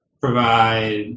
provide